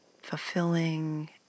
fulfilling